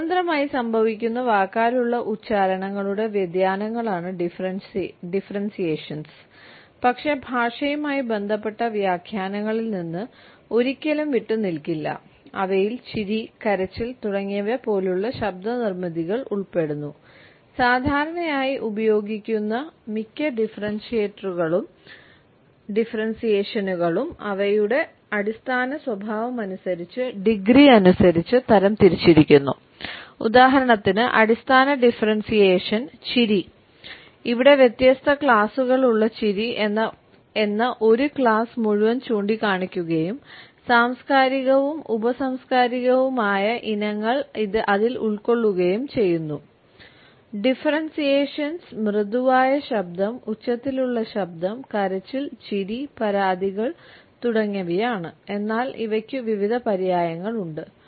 സ്വതന്ത്രമായി സംഭവിക്കുന്ന വാക്കാലുള്ള ഉച്ചാരണങ്ങളുടെ വ്യതിയാനങ്ങളാണ് ഡിഫറെൻസിയേഷൻ മൃദുവായ ശബ്ദം ഉച്ചത്തിലുള്ള ശബ്ദം കരച്ചിൽ ചിരി പരാതികൾ തുടങ്ങിയവയാണ് എന്നാൽ ഇവയ്ക്കു വിവിധ പര്യായങ്ങൾ ഉണ്ട്